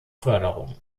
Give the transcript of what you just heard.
förderung